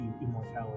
immortality